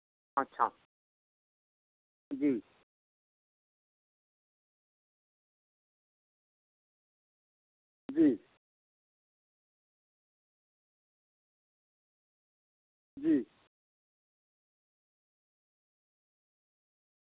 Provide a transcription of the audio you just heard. जी जी